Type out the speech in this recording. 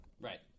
Right